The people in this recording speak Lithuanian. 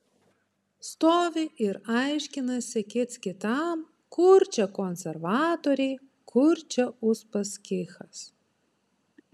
stovi ir aiškinasi kits kitam kur čia konservatoriai kur čia uspaskichas